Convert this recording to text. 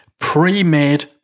pre-made